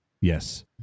Yes